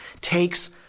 takes